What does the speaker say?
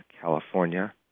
California